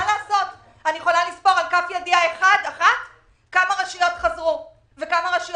אני יכולה לספור על כף יד אחת כמה רשויות חזרו לעבוד.